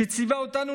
שציווה אותנו,